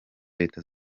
leta